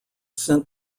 sent